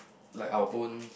like our own